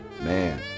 Man